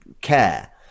care